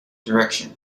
direction